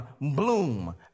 bloom